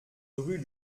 rue